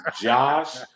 Josh